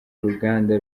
uruganda